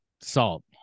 salt